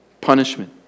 Punishment